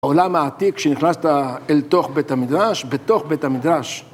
העולם העתיק, כשנכנסת אל תוך בית המדרש, בתוך בית המדרש.